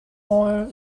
oil